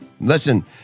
Listen